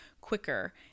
quicker